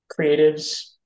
creatives